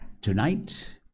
Tonight